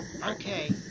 Okay